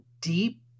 deep